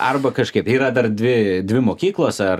arba kažkaip yra dar dvi dvi mokyklos ar